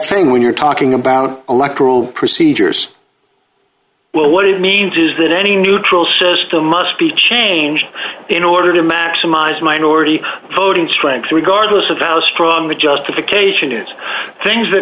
thing when you're talking about electoral procedures well what it means is that any neutral system must be changed in order to maximize minority voting strength regardless of how strong the justification is things that